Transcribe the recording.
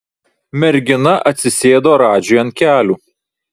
mergina atsisėdo radžiui ant kelių